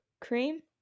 Cream